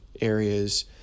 areas